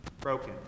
broken